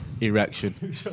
erection